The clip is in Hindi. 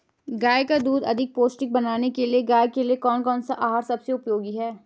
गाय का दूध अधिक पौष्टिक बनाने के लिए गाय के लिए कौन सा आहार सबसे उपयोगी है?